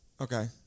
Okay